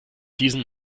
diesen